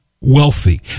wealthy